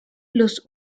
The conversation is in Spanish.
los